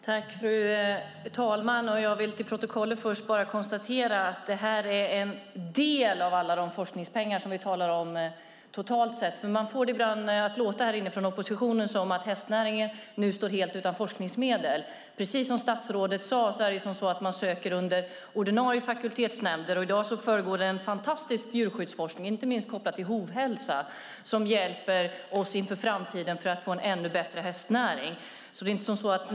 Fru talman! Jag vill ha till protokollet att det här bara är en del av de totala forskningspengarna. Från oppositionen låter det ibland som om hästnäringen nu står helt utan forskningsmedel. Som statsrådet sade söker man under ordinarie fakultetsnämnder. I dag pågår en fantastisk djurskyddsforskning, inte minst kopplad till hovhälsa, som hjälper oss att få en ännu bättre hästnäring i framtiden.